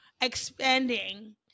expanding